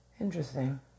Interesting